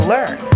Learn